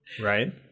right